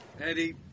Eddie